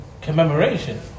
commemoration